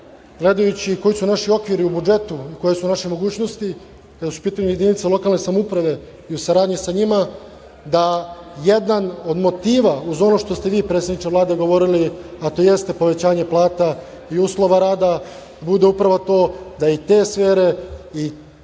gledajući koji su naši okviri u budžetu, koje su naše mogućnosti kada su u pitanju jedinice lokalne samouprave i u saradnji sa njima da jedan od motiva, uz ono što ste vi predsedniče Vlade govorili, a to jeste povećanje plata i uslova rada, bude upravo to da i te sfere i da